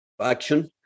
action